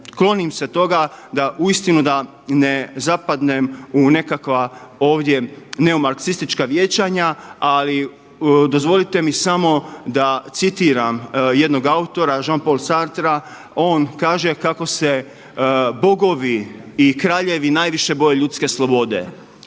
Klonim se toga da uistinu da ne zapadnem u nekakva ovdje neomarksistička vijećanja, ali dozvolite mi samo da citiram jednog autora Jean-Paul Sartra, on kaže kako se „Bogovi i kraljevi najviše boje ljudske slobode“.